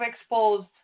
exposed